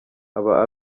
aba